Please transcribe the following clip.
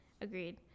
Agreed